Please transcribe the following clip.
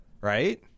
Right